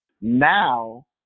Now